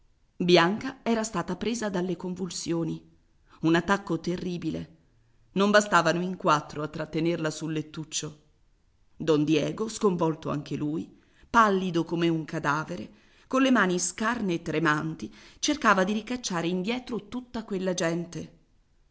bianca era stata presa dalle convulsioni un attacco terribile non bastavano in quattro a trattenerla sul lettuccio don diego sconvolto anche lui pallido come un cadavere colle mani scarne e tremanti cercava di ricacciare indietro tutta quella gente